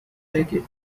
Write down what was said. take